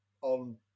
on